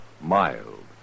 mild